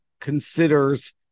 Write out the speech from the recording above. considers